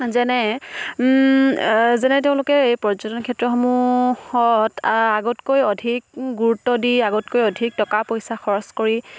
যেনে তেওঁলোকে এই পৰ্যটন ক্ষেত্ৰসমূহত আগতকৈ অধিক গুৰুত্ব দি আগতকৈ অধিক টকা পইচা খৰচ কৰি